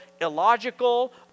illogical